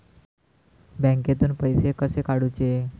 बँकेतून पैसे कसे काढूचे?